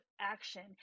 action